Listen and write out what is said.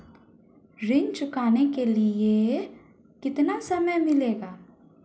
ऋण चुकाने के लिए कितना समय मिलेगा?